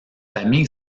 famille